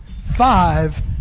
five